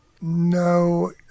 No